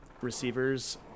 receivers